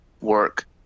work